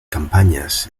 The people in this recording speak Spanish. campañas